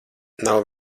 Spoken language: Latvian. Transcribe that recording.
nav